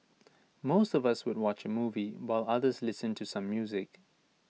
most of us would watch A movie while others listen to some music